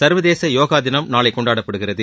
சர்வதேச யோகா தினம் நாளை கொண்டாடப்படுகிறது